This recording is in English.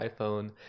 iPhone